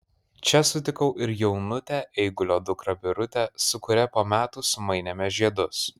čia sutikau ir jaunutę eigulio dukrą birutę su kuria po metų sumainėme žiedus